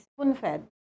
spoon-fed